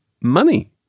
Money